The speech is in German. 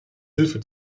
hilfe